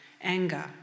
anger